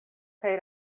kaj